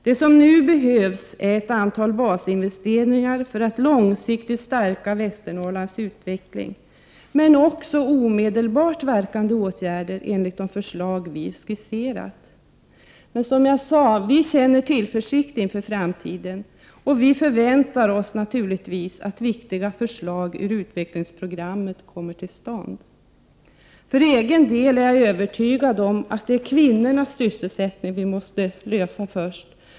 Det som nu behövs är ett antal basinvesteringar för att långsiktigt stärka Västernorrlands utveckling, men också omedelbart verkande åtgärder enligt de förslag vi skisserat. Som jag tidigare sade känner vi tillförsikt inför framtiden, och vi förväntar oss naturligtvis att viktiga förslag ur utvecklingsprogrammet förverkligas. För egen del är jag övertygad om att det är problemet med kvinnornas sysselsättning vi först måste lösa.